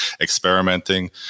experimenting